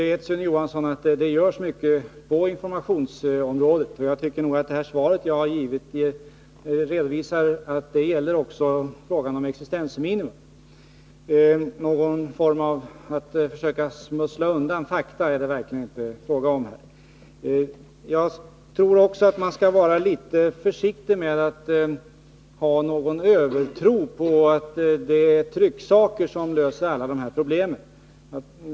Som Sune Johansson vet görs det mycket på informationsområdet, och det svar jag har lämnat redovisar att det gäller också i fråga om existensminimum. Något försök att smussla undan fakta är det verkligen inte fråga om. Jag tror också att man skall vara litet försiktig med att hysa övertro på att det är trycksaker som löser alla de här problemen.